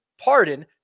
pardon